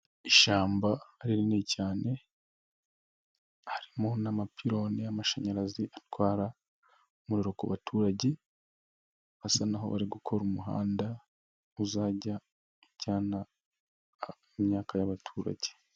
Ishyamba rinini cyane, harimo n'amapironi y'amashanyarazi, atwara umuriro ku baturage, basa nk'aho uri gukora umuhanda, uzajya ujyana imyaka y'abaturage.